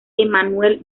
emanuel